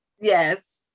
Yes